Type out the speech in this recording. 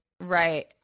Right